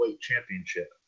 Championship